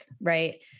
right